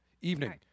evening